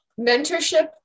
Mentorship